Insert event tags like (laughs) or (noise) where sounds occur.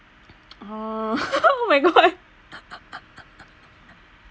uh (laughs) oh my god